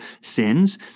sins